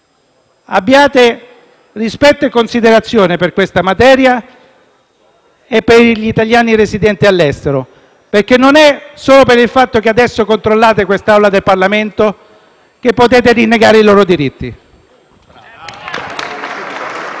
abbiate rispetto e considerazione per questa materia e per gli italiani residenti all'estero, perché non è solo per il fatto che adesso controllate questo Parlamento che potete rinnegare i loro diritti.